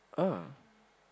ah